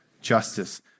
justice